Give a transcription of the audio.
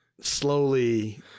slowly